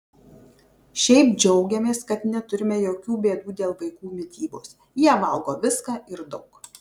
šiaip džiaugiamės kad neturime jokių bėdų dėl vaikų mitybos jie valgo viską ir daug